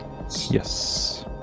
Yes